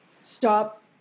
stop